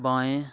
बाएँ